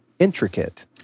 Intricate